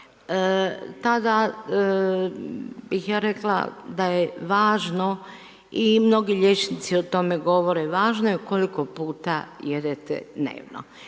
tada bih ja rekla da je važno i mnogi liječnici o tome govore, važno je koliko puta jedete dnevno.